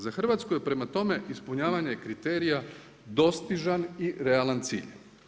Za Hrvatsku je prema tome ispunjavanje kriterija dostižan i realan cilj.